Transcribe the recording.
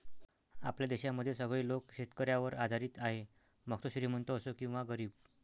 आपल्या देशामध्ये सगळे लोक शेतकऱ्यावर आधारित आहे, मग तो श्रीमंत असो किंवा गरीब